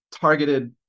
targeted